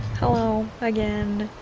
hello again,